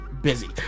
busy